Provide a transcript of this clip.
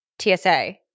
TSA